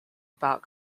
about